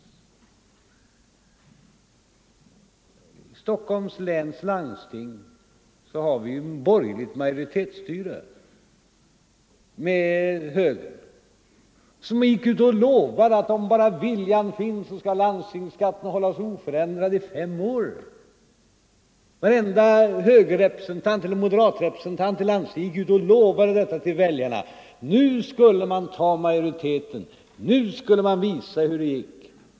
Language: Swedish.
I Stockholms läns landsting har vi borgerligt ma joritetsstyre med moderaterna, som gick ut och lovade att om bara viljan finns så skall landstingsskatten hållas oförändrad i fem år. Varenda moderatrepresentant gick ut och lovade väljarna detta. Nu skulle man ta majoriteten, nu skulle man visa hur det gick.